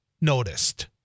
noticed